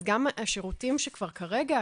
אז גם השירותים שכבר יש כרגע,